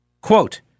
Quote